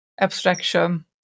abstraction